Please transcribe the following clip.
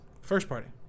First-party